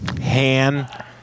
Han